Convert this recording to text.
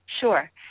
Sure